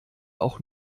auch